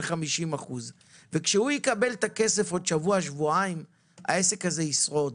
50%. כשהוא יקבל את הכסף בעוד שבוע או שבועיים העסק הזה ישרוד,